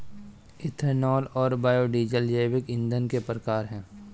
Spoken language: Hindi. इथेनॉल और बायोडीज़ल जैविक ईंधन के प्रकार है